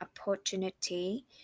opportunity